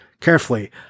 carefully